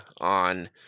on